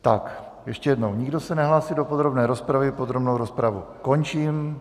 Tak ještě jednou, nikdo se nehlásí do podrobné rozpravy, podrobnou rozpravu končím.